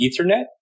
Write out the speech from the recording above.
Ethernet